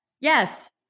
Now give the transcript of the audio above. yes